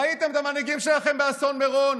ראיתם את המנהיגים שלכם באסון מירון.